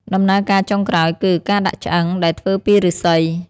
ដំណើរការចុងក្រោយគឺ ការដាក់ឆ្អឹង ដែលធ្វើពីឫស្សី។